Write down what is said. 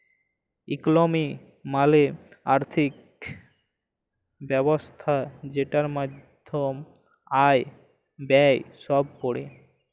ইকলমি মালে আর্থিক ব্যবস্থা জেটার মধ্যে আয়, ব্যয়ে সব প্যড়ে